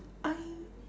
I